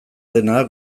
dena